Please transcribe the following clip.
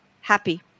happy